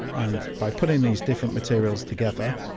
and by putting these different materials together,